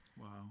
Wow